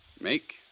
Make